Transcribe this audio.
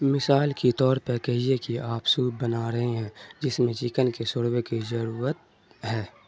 مثال کے طور پر کہیے کہ آپ سوپ بنا رہے ہیں جس میں چکن کے شوربے کی ضرورت ہے